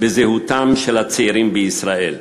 בזהותם של הצעירים בישראל.